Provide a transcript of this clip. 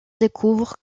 découvre